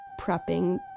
prepping